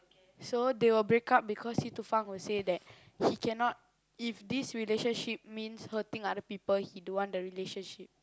so they will break up because Si Tu Feng will say that he cannot if this relationship means hurting other people he don't want the relationship